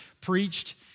preached